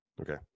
Okay